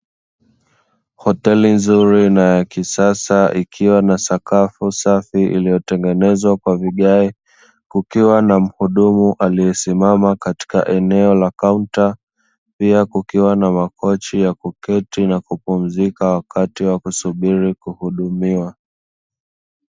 Hoteli nzuri na ya kisasa ikiwa na sakafu safi iliotengenezwa kwa vigae, kukiwa na mhudumu aliesimama katika eneo la kaunta, pia kukiwa na makochi ya kuketi na kupumzika wakati wakusubiri kuhudumiwa.